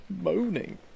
moaning